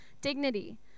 dignity